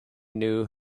knew